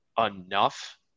enough